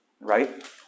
right